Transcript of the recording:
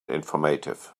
informative